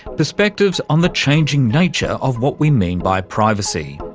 perspectives on the changing nature of what we mean by privacy.